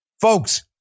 folks